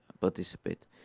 participate